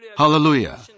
Hallelujah